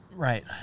Right